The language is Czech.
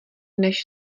než